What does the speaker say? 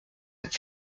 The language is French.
êtes